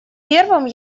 первым